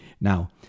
Now